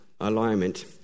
alignment